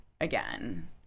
again